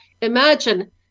imagine